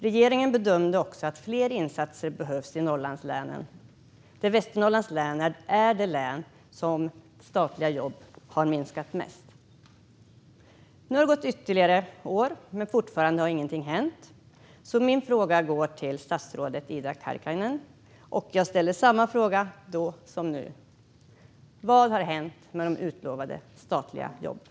Regeringen bedömde också att fler insatser behövdes i Norrlandslänen, och Västernorrlands län är det län där statliga jobb har minskat mest. Åren har gått, men fortfarande har inget hänt. Min fråga går därför till statsrådet Ida Karkiainen, och jag ställer samma fråga nu som då: Vad har hänt med de utlovade statliga jobben?